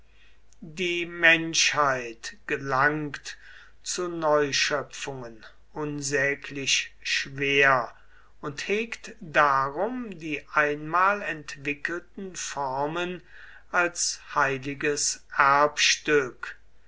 die menschheit gelangt zu neuschöpfungen unsäglich schwer und hegt darum die einmal entwickelten formen als ein heiliges